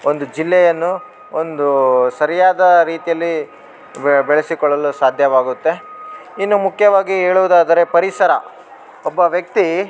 ಒಂದು ಜಿಲ್ಲೆಯನ್ನು ಒಂದು ಸರಿಯಾದ ರೀತಿಯಲ್ಲಿ ಬೆಳೆಸಿಕೊಳ್ಳಲು ಸಾಧ್ಯವಾಗುತ್ತೆ ಇನ್ನು ಮುಖ್ಯವಾಗಿ ಹೇಳುವುದಾದರೆ ಪರಿಸರ ಒಬ್ಬ ವ್ಯಕ್ತಿ